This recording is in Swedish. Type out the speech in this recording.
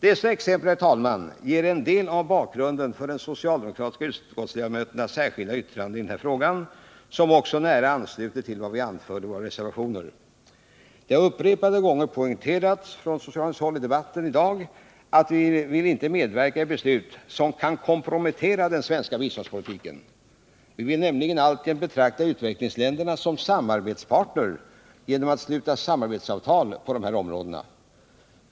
Dessa exempel, herr talman, ger en del av bakgrunden till de socialdemokratiska utskottsledamöternas särskilda yttrande i denna fråga, vilket också nära ansluter till vad vi socialdemokrater anfört i våra reservationer. Det har i debatten i dag från socialdemokratiskt håll upprepade gånger poängterats att vi inte vill medverka i beslut som kan kompromettera den svenska biståndspolitiken. Vi vill nämligen alltjämt betrakta utvecklingsländerna som samarbetspartner genom att sluta samarbetsavtal på dessa områden.